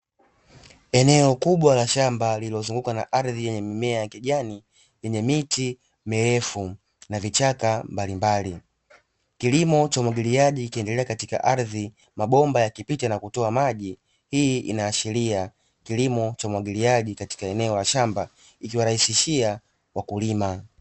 Eneo kubwa la shamba lililozunguka na ardhi yenye mimea ya kijani yenye miti mirefu na vichaka mbalimbali, kilimo cha umwagiliaji kikiendelea katika ardhi mabomba yakipita na kutoa maji hii inaashiria kilimo cha umwagiliaji katika eneo la shamba ikiwarahisishia wakulima.